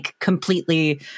completely